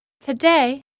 Today